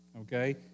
okay